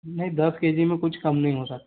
नहीं दस K G में कुछ कम नहीं हो सकता